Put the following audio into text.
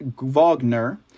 Wagner